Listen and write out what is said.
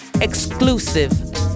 exclusive